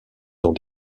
dans